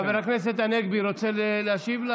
חבר הכנסת הנגבי, רוצה להשיב?